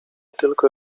tylko